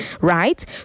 right